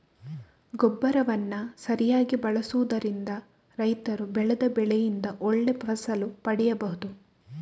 ಗೊಬ್ಬರವನ್ನ ಸರಿಯಾಗಿ ಬಳಸುದರಿಂದ ರೈತರು ಬೆಳೆದ ಬೆಳೆಯಿಂದ ಒಳ್ಳೆ ಫಸಲು ಪಡೀಬಹುದು